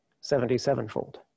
seventy-sevenfold